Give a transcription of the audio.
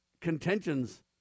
contentions